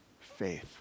faith